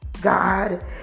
God